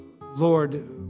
Lord